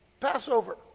Passover